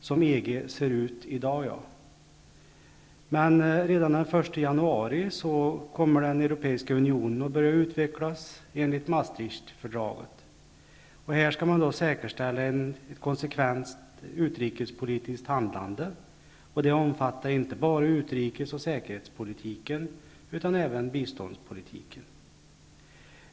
Som EG ser ut i dag -- ja. Men redan den 1 januari kommer den Europeiska unionen att börja utvecklas enligt Maastrichtfördraget. Här skall man säkerställa ett konsekvent utrikespolitiskt handlande, och det omfattar inte bara utrikes och säkerhetspolitiken utan även biståndspolitiken.